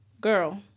Girl